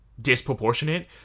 disproportionate